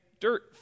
dirt